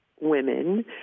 women